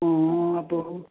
अब